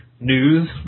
news